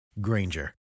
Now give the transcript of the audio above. Granger